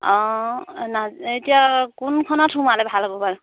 অঁ এতিয়া কোনখনত সোমালে ভাল হ'ব বাৰু